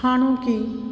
हाणोकी